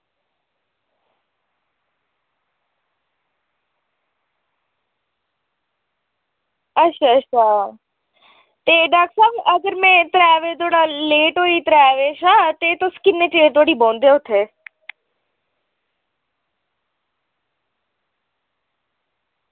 अच्छा अच्छा ते डाक्टर साह्ब अगर में त्रै बजे थोह्ड़ा लेट होई अगर थुआढ़े त्रै बजे कशा ते तुस किन्ने चिरें धोड़ी बौंह्दे ओ उत्थें